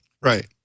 right